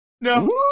No